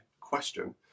question